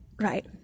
Right